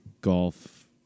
golf